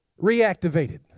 reactivated